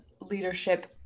leadership